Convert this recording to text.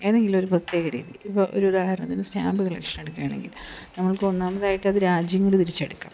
എതെങ്കിലും ഒരു പ്രത്യേകരീതി ഇപ്പം ഒരു ഉദാഹരണത്തിന് ഒരു സ്റ്റാമ്പ് കളക്ഷൻ എടുക്കുകയാണെങ്കിൽ നമ്മൾക്ക് ഒന്നാമതായിട്ട് അത് രാജ്യങ്ങൾ തിരിച്ച് എടുക്കാം